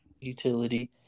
utility